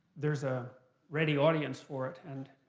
there's a ready audience for it. and